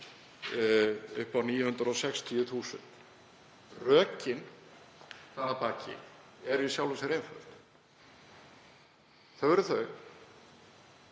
upp á 960.000 kr. Rökin þar að baki eru í sjálfu sér einföld. Þau eru að